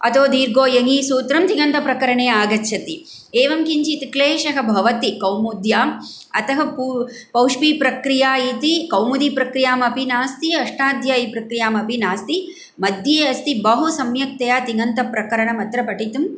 अतो दीर्घो यञि सूत्रं तिङन्तप्रकरणे आगच्छति एवं किञ्चित् क्लेशः भवति कौमुद्याम् अतः पौष्पीप्रक्रिया इति कौमुदीप्रक्रियामपि नास्ति अष्टाध्यायीप्रक्रियामपि नास्ति मध्ये अस्ति बहुसम्यक्तया तिङन्तप्रकरणम् अत्र पठितुं